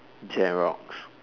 Xerox